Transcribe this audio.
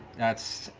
that's